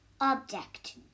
object